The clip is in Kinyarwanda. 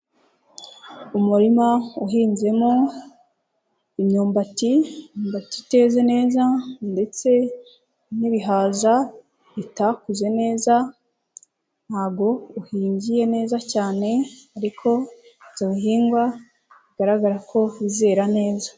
Umurima uhinzemo imyumbati, imyubati iteze neza ndetse n'ibihaza, bitakuze neza ntago uhingiye neza cyane ariko ibyo bihingwa bigaragara ko wizera neza.